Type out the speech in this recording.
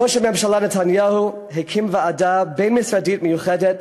ראש הממשלה נתניהו הקים ועדה בין-משרדית מיוחדת,